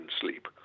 sleep